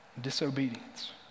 disobedience